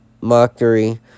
mockery